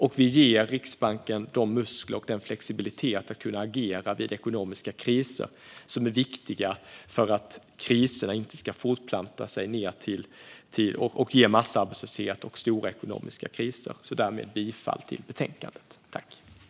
Vi ger Riksbanken de muskler och den flexibilitet att agera vid ekonomiska kriser som är viktiga för att kriserna inte ska fortplanta sig, ge massarbetslöshet och bli stora. Därmed yrkar jag bifall till förslaget i betänkandet.